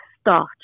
start